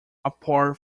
apart